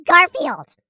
Garfield